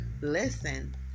listen